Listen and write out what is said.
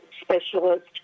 specialist